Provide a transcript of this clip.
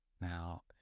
now